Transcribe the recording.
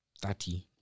thirty